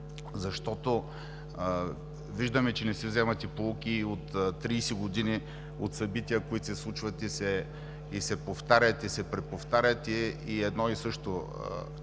защото виждаме, че не си вземате поуки 30 години от събития, които се случват и се повтарят, и се преповтарят – едно и също.